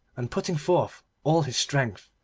and putting forth all his strength,